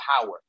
power